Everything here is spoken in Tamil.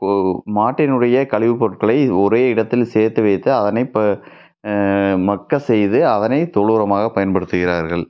மாட்டினுடைய கழிவுப் பொருட்களை ஒரே இடத்தில் சேர்த்து வைத்து அதனை ப மக்க செய்து அதனை தொழு உரமாக பயன்படுத்துகிறார்கள்